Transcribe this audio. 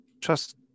trust